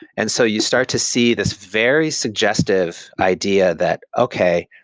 and so you start to see this very suggestive idea that okay,